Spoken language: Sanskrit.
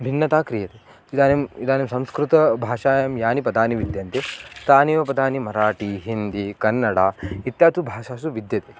भिन्नता क्रियते इदानीम् इदानीं संस्कृतभाषायां यानि पदानि विद्यन्ते तानि एव पदानि मराठी हिन्दी कन्नडा इत्यादि भाषासु विद्यते